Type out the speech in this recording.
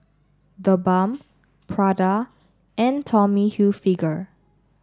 the Balm Prada and Tommy Hilfiger